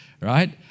Right